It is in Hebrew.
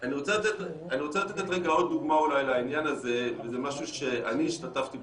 אני רוצה לתת עוד דוגמה לעניין הזה וזה משהו שאני השתתפתי בו,